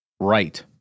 Right